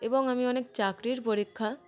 এবং আমি অনেক চাকরির পরীক্ষা